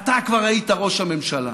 אתה כבר היית ראש הממשלה.